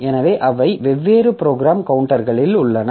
எனவே அவை வெவ்வேறு ப்ரோக்ராம் கவுண்டர்களில் உள்ளன